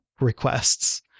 requests